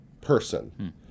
person